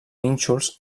nínxols